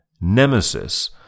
Nemesis